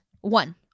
one